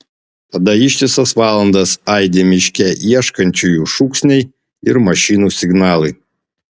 tada ištisas valandas aidi miške ieškančiųjų šūksniai ir mašinų signalai